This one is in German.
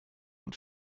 und